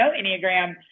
Enneagram